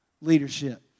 leadership